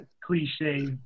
cliche